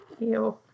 Ew